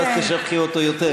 ואז תשבחי אותו יותר.